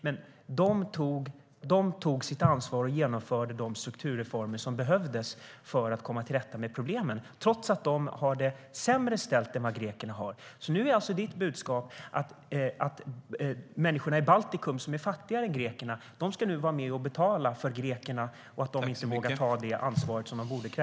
Men man tog sitt ansvar och genomförde de strukturreformer som behövdes för att komma till rätta med problemen, trots att man i Baltikum har det sämre ställt än vad man har i Grekland. Ditt budskap är alltså att människorna i Baltikum, som är fattigare än grekerna, nu ska vara med och betala för att grekerna inte vågar ta det ansvar som man borde ta.